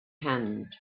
hand